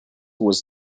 was